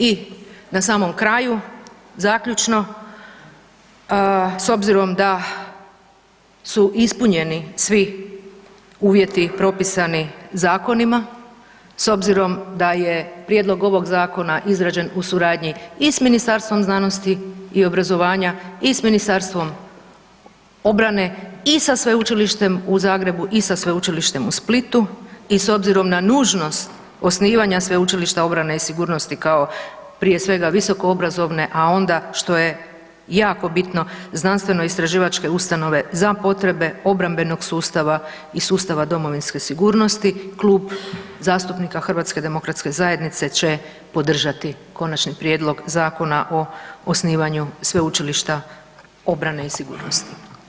I na samom kraju, zaključno, s obzirom da su ispunjeni svi uvjeti propisani zakonima, s obzirom da je prijedlog ovog zakona izrađen u suradnji i s Ministarstvom znanosti i obrazovanja i s MORH-om i sa Sveučilištem u Zagrebu i sa Sveučilištem u Splitu, i s obzirom na nužnost osnivanja Sveučilišta obrane i sigurnosti kao, prije svega visokoobrazovne, a onda što je jako bitno, znanstveno-istraživačke ustanove za potrebe obrambenog sustava i sustava domovinske sigurnosti, Klub zastupnika HDZ-a će podržati Konačni prijedlog Zakona o osnivanju Sveučilišta obrane i sigurnosti.